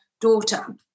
daughter